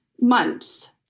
Months